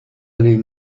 allées